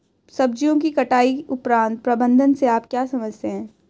सब्जियों की कटाई उपरांत प्रबंधन से आप क्या समझते हैं?